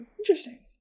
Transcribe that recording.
Interesting